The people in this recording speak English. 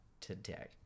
today